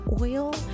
oil